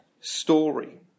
story